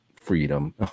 freedom